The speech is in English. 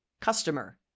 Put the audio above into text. customer